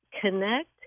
connect